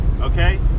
okay